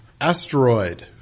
Asteroid